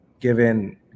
given